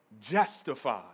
justified